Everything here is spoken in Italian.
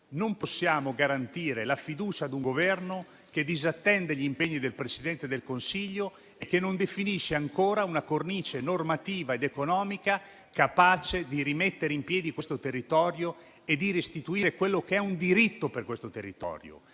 non possiamo garantire la fiducia ad un Governo che disattende gli impegni del Presidente del Consiglio e che non definisce ancora una cornice normativa ed economica capace di rimettere in piedi questo territorio e di restituirgli un suo diritto: le risorse